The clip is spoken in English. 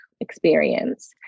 experience